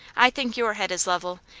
i think your head is level,